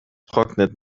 trocknet